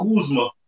Kuzma